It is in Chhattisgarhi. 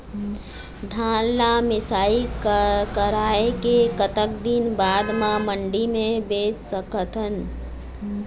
धान ला मिसाई कराए के कतक दिन बाद मा मंडी मा बेच सकथन?